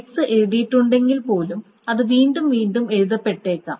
x എഴുതിയിട്ടുണ്ടെങ്കിൽ പോലും അത് വീണ്ടും വീണ്ടും എഴുതപ്പെട്ടേക്കാം